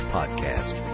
Podcast